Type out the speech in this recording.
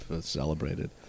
celebrated